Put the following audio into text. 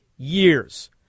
years